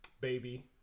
Baby